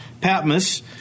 Patmos